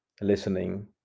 listening